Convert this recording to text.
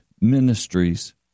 ministries